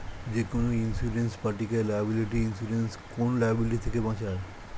যেকোনো ইন্সুরেন্স পার্টিকে liability insurance কোন লায়াবিলিটি থেকে বাঁচায়